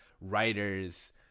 writers